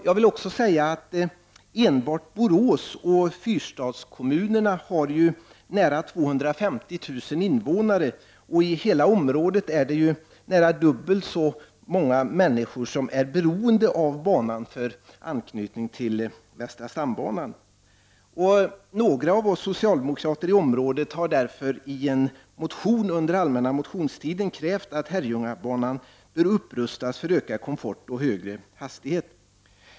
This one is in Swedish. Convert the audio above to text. Jag vill också säga att enbart Borås och fyrstadskommunerna har nära 250 000 invånare, och i hela området finns det dubbelt så många människor, som är beroende av banan för anknytning till västra stambanan. Några av oss socialdemokrater i området har därför i en motion under allmänna motionstiden krävt att Herrljungabanan upprustas för ökad komfort och högre hastighet.